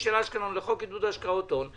של אשקלון לחוק עידוד השקעות הון,